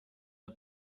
der